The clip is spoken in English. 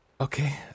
Okay